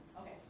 okay